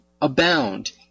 abound